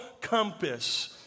compass